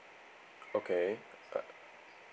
okay but